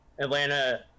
Atlanta